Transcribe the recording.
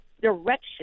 direction